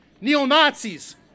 neo-Nazis